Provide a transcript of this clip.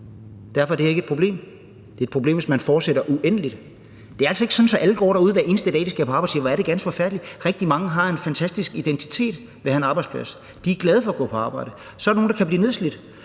Derfor er det her ikke et problem. Det er et problem, hvis man fortsætter uendeligt. Men det er altså ikke sådan, at alle derude går og siger, hver eneste dag de skal på arbejde: Hvor er det ganske forfærdeligt. Rigtig mange har en fantastisk identitet ved at have en arbejdsplads; de er glade for at gå på arbejde. Så er der nogle, der kan blive nedslidt.